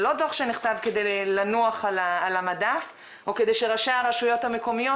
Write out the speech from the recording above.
זה לא דוח שנכתב כדי לנוח על המדף או כדי שראשי הרשויות המקומיות